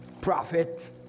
prophet